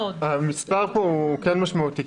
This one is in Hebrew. המספר כאן הוא כן משמעותי.